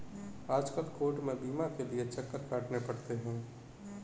आजकल कोर्ट में बीमा के लिये चक्कर काटने पड़ते हैं